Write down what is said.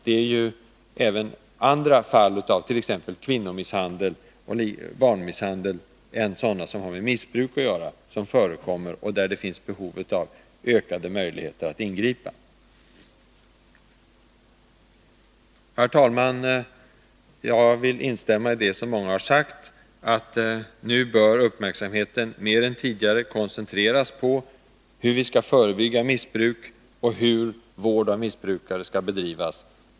Det finns ju även andra fall avt.ex. kvinnomisshandel och barnmisshandel än sådana som har med missbruk att göra, och där det finns behov av ökade möjligheter att ingripa. Herr talman! Jag vill instämma i det som många har sagt, nämligen att nu bör uppmärksamheten mer än tidigare koncentreras på hur vi skall förebygga missbruk och hur vård av missbrukare skall bedrivas.